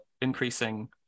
increasing